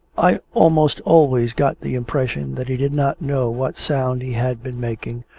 i almost always got the impression that he did not know what sound he had been making,